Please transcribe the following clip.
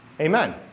Amen